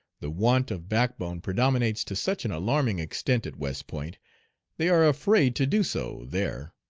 the want of backbone predominates to such an alarming extent at west point they are afraid to do so there.